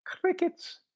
crickets